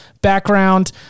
background